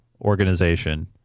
organization